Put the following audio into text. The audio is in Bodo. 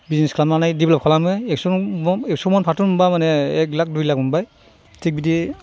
बिजनेस खालामनानै देभलप खालामो एक्स' मन फाथो मोनबा माने एक लाख दुइ लाख मोनबाय थिग बिदि